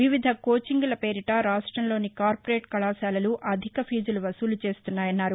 వివిధ కోచింగ్ ల పేరిట రాష్టంలోని కార్పోరేట్ కళాశాలలు అధిక ఫీజులు వసూలు చేస్తున్నా యన్నారు